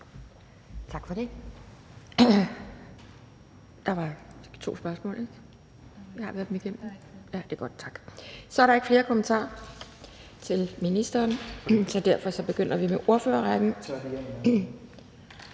Tak for det. Så er der ikke flere kommentarer til ministeren. Derfor begynder vi med ordførerrækken,